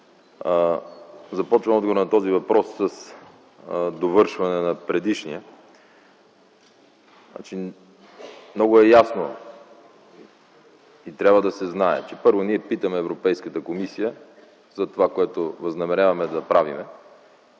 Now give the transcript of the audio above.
Започвам отговора на този въпрос с довършване на предишния. Много е ясно и трябва да се знае, че първо, ние питаме Европейската комисия за онова, което възнамеряваме да правим.